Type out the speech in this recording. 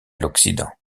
l’occident